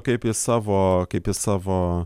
kaip į savo kaip į savo